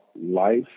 life